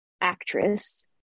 actress